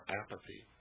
apathy